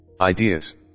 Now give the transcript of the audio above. Ideas